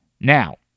Now